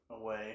away